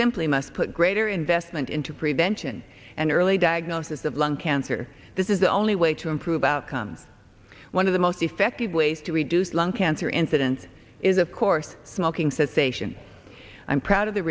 simply must put greater investment into prevention and early diagnosis of lung cancer this is the only way to improve outcomes one of the most effective ways to reduce lung cancer incidence is of course smoking cessation i'm proud of the